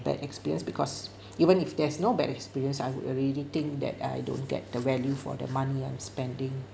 bad experience because even if there's no bad experience I would already think that I don't get the value for the money I'm spending